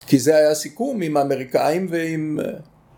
כי זה היה הסיכום עם האמריקאים ועם...